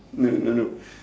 no no no no